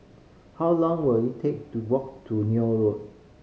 how long will it take to walk to Neil Road